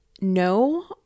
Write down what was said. no